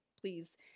please